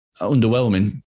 underwhelming